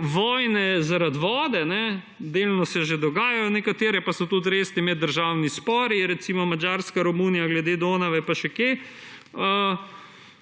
vojne zaradi vode, delno se že dogajajo – so pa tudi nekateri resni meddržavni spori, recimo, Madžarska–Romunija glede Donave, pa še kje